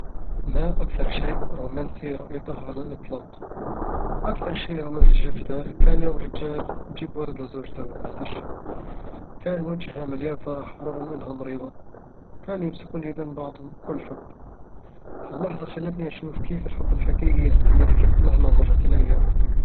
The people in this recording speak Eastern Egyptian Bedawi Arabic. ما أكثر شيء رومانسي رأيته على الإطلاق؟ أكثر شي رومانسي شفته كان يوم رجال يجيب ورد لزوجته بالمستشفى كان وجهها مليان فرح رغم إنها مريضة، وكانوا يمسكون يدين بعضهم بكل حب هاللحظة خلتني أشوف كيف الحب الحقيقي يستمر مهما مرت الأيام